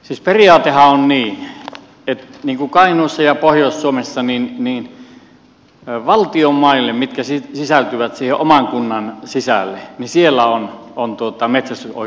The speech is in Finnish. siis periaatehan on niin että kainuussa ja pohjois suomessa valtion mailla mitkä sisältyvät siihen oman kunnan sisälle on metsästysoikeus kunnan asukkaalla